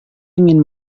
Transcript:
ingin